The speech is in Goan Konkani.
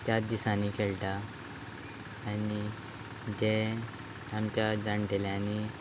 त्याच दिसांनी खेळटा आनी जे आमच्या जाण्टेल्यांनी